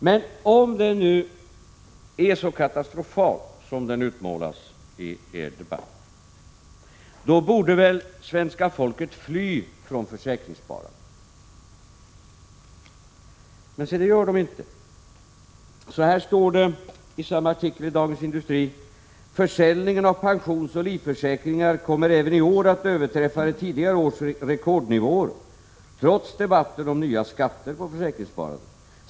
Men om den nu är så katastrofal som den utmålas i er debatt, då borde väl svenska folket fly från försäkringssparandet. Men se, det gör de inte. Så här står det i samma artikel i Dagens Industri: ”Försäljningen av pensionsoch livförsäkringar kommer även i år att överträffa tidigare års rekordnivåer, trots det gångna årets debatter om nya skatter på försäkringssparandet.